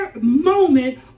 moment